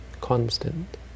constant